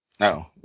No